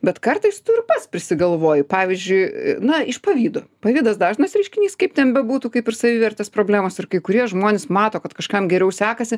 bet kartais tu ir pats prisigalvoji pavyzdžiui na iš pavydo pavydas dažnas reiškinys kaip ten bebūtų kaip ir savivertės problemos ir kai kurie žmonės mato kad kažkam geriau sekasi